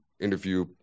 interview